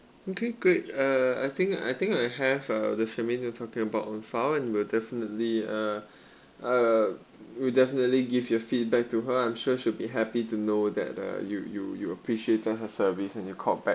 okay great uh I think I think I have uh the shermaine you're talking about on file and we'll definitely uh uh we'll definitely give your feedback to her I'm sure she'd be happy to know that uh you you you appreciated her service and you called back